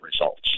results